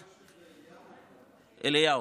שר המורשת זה אליהו?